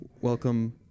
welcome